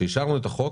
כשאישרנו את החוק